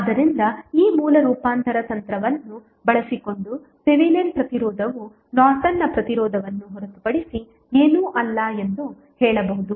ಆದ್ದರಿಂದ ಈ ಮೂಲ ರೂಪಾಂತರ ತಂತ್ರವನ್ನು ಬಳಸಿಕೊಂಡು ಥೆವೆನಿನ್ ಪ್ರತಿರೋಧವು ನಾರ್ಟನ್ನ ಪ್ರತಿರೋಧವನ್ನು ಹೊರತುಪಡಿಸಿ ಏನೂ ಅಲ್ಲ ಎಂದು ನೀವು ಹೇಳಬಹುದು